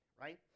right